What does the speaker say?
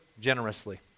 generously